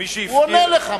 הוא עונה לך,